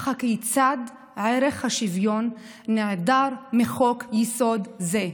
אך הכיצד ערך השוויון נעדר מחוק-יסוד זה?